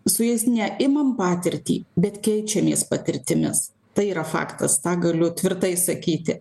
su jais ne imam patirtį bet keičiamės patirtimis tai yra faktas tą galiu tvirtai sakyti